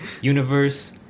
universe